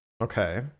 Okay